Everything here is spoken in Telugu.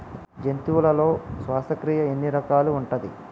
జంతువులలో శ్వాసక్రియ ఎన్ని రకాలు ఉంటది?